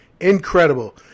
incredible